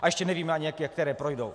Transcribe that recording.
A ještě nevíme, ani které projdou.